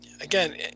Again